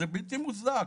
זה בלתי מוצדק.